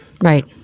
right